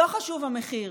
לא חשוב המחיר.